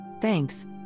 Thanks